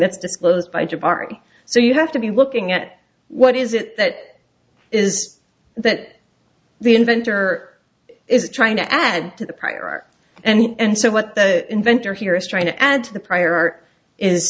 that's disclosed by jabari so you have to be looking at what is it that is that the inventor is trying to add to the prior art and so what the inventor here is trying to add to the prior art is